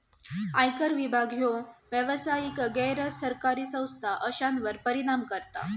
आयकर विभाग ह्यो व्यावसायिक, गैर सरकारी संस्था अश्यांवर परिणाम करता